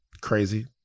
Crazy